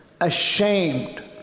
ashamed